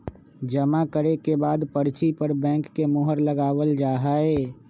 जमा करे के बाद पर्ची पर बैंक के मुहर लगावल जा हई